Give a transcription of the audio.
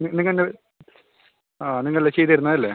നിങ്ങൾ ന് ആ നിങ്ങൾ ചെയ്തുതരുന്നതല്ലേ